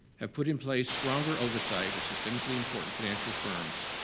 have put in place stronger oversight of systemically important financial firms,